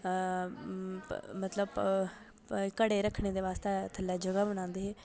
मतलब घड़े रक्खने दे आस्तै थल्लै जगह् बनांदे हे